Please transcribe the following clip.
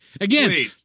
again